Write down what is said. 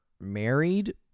married